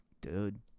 dude